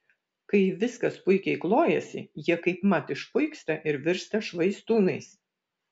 kai viskas puikiai klojasi jie kaipmat išpuiksta ir virsta švaistūnais